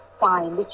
fine